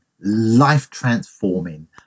life-transforming